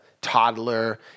toddler